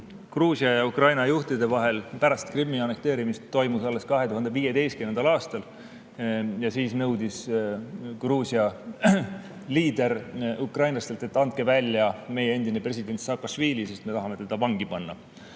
Gruusia ja Ukraina juhtide vahel pärast Krimmi annekteerimist toimus alles 2015. aastal. Siis nõudis Gruusia liider ukrainlastelt: "Andke välja meie endine president Saakašvili, sest me tahame teda vangi panna."